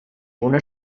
una